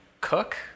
cook